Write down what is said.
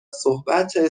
صحبت